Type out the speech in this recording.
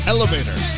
Elevator